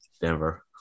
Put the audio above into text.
Denver